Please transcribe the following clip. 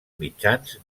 mitjans